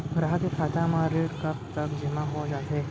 ग्राहक के खाता म ऋण कब तक जेमा हो जाथे?